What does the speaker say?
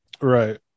Right